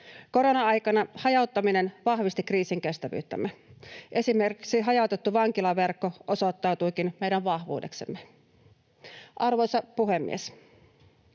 Korona-aikana hajauttaminen vahvisti kriisinkestävyyttämme. Esimerkiksi hajautettu vankilaverkko osoittautuikin meidän vahvuudeksemme. Arvoisa puhemies!